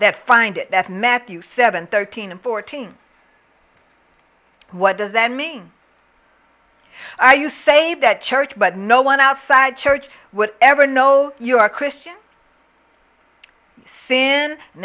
that find it that matthew seven thirteen and fourteen what does that mean are you saved at church but no one outside church would ever know you are christians sin and